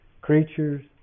creatures